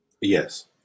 yes